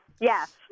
yes